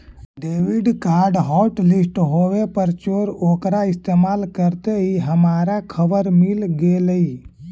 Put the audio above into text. debit card hotlist होवे पर चोर ओकरा इस्तेमाल करते ही हमारा खबर मिल गेलई